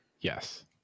Yes